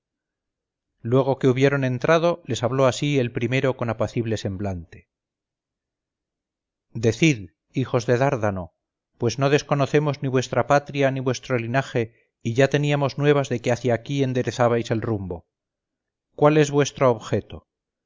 luego que hubieron entrado les habló así el primero con apacible semblante decid hijos de dárdano pues no desconocemos ni vuestra patria ni vuestro linaje y ya teníamos nuevas de que hacia aquí enderezabais el rumbo cuál es vuestro objeto